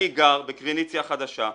אני גר בקריניצי החדשה,